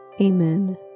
Amen